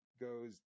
goes